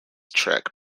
track